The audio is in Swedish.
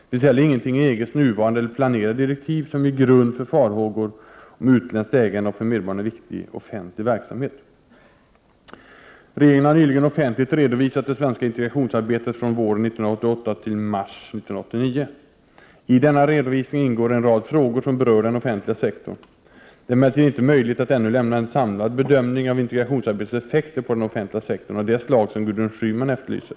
Det finns heller ingenting i EG:s nuvarande eller planerade direktiv som ger grund för farhågor om utländskt ägande av för medborgarna viktig offentlig verksamhet. Regeringen har nyligen offentligt redovisat det svenska integrationsarbetet från våren 1988 till mars 1989. I denna redovisning ingår en rad frågor som berör den offentliga sektorn. Det är emellertid inte möjligt att ännu lämna en samlad bedömning av integrationsarbetets effekter på den offentliga sektorn av det slag som Gudrun Schyman efterlyser.